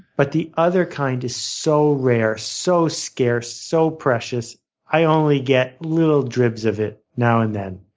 but the other kind is so rare, so scarce, so precious i only get little dribs of it now and then.